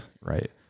Right